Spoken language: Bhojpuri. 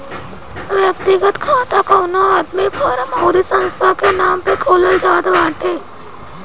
व्यक्तिगत खाता कवनो आदमी, फर्म अउरी संस्था के नाम पअ खोलल जात बाटे